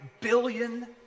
billion